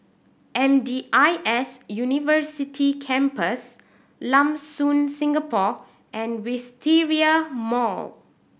M D I S University Campus Lam Soon Singapore and Wisteria Mall